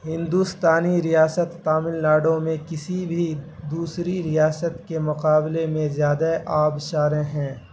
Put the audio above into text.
ہندوستانی ریاست تامل ناڈو میں کسی بھی دوسری ریاست کے مقابلے میں زیادہ آبشاریں ہیں